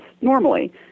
normally